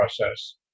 process